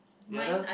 the other